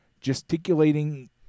gesticulating